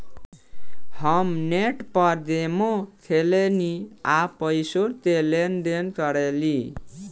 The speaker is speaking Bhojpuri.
हम नेट पर गेमो खेलेनी आ पइसो के लेन देन करेनी